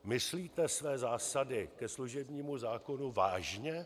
Myslíte své zásady ke služebnímu zákonu vážně?